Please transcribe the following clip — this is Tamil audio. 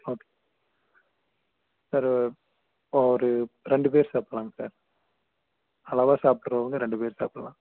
ஓகே சார் ஒரு ரெண்டு பேர் சாப்பில்லாங்க சார் அளவாக சாப்பிட்றவங்க ரெண்டு பேர் சாப்பிட்ல்லாம்